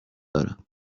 دارم